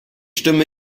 stimme